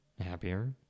happier